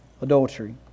adultery